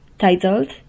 titled